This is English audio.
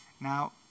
Now